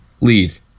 leave